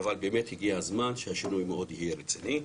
באמת הגיע הזמן שהשינוי יהיה מאוד רציני.